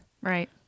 Right